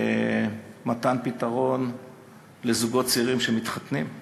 מתן פתרון לזוגות צעירים שמתחתנים.